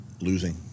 losing